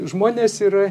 žmonės yra